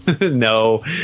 no